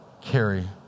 carry